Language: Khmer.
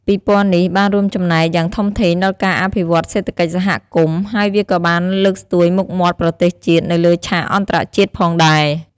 ពិព័រណ៍នេះបានរួមចំណែកយ៉ាងធំធេងដល់ការអភិវឌ្ឍន៍សេដ្ឋកិច្ចសហគមន៍ ហើយវាក៏បានលើកស្ទួយមុខមាត់ប្រទេសជាតិនៅលើឆាកអន្តរជាតិផងដែរ។